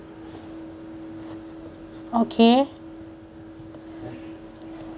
okay